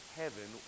heaven